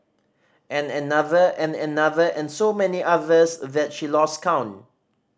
and another and another and so many others that she lost count